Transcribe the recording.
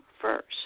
first